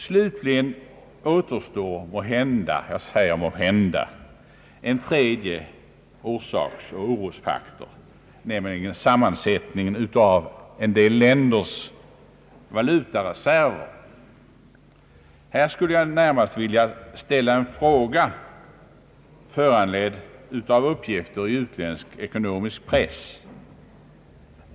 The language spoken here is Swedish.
Slutligen återstår måhända en tredje orsaksoch orosfaktor, nämligen sammansättningen av en del länders valutareserver. Här skulle jag närmast vilja ställa en fråga, föranledd av uppgifter i utländsk ekonomisk press.